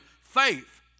faith